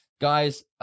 Guys